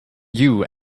you